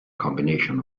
combination